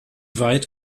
weit